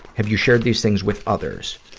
have you shared these things with others?